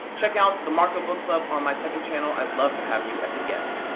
check out the marko book club on my second channel i'd love to have you as a guest.